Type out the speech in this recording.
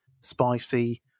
spicy